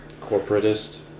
corporatist